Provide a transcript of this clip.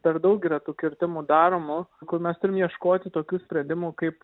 per daug yra tų kirtimų daromų kur mes turim ieškoti tokių sprendimų kaip